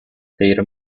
their